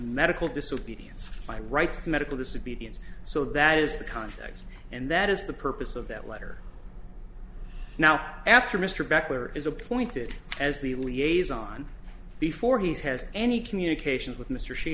medical disobedience my rights to medical disobedience so that is the context and that is the purpose of that letter now after mr bechler is appointed as the liaison before he has any communication with mr she